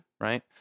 right